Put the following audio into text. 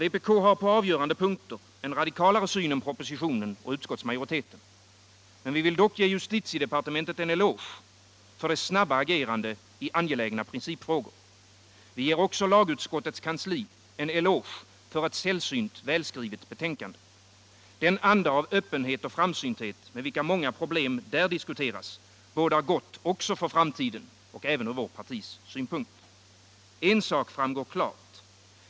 Vpk har på avgörande punkter en radikalare syn än propositionen och utskottsmajoriteten. Vi vill dock ge justitiedepartementet en eloge för dess snabba agerande i angelägna principfrågor. Vi ger också lagutskottets kansli en eloge för ett sällsynt välskrivet betänkande. Den anda av öppenhet och framsynthet med vilken många problem där diskuteras bådar gott för framtiden även från vårt partis synpunkt. En sak framgår klart.